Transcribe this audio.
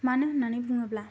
मानो होन्नानै बुङोब्ला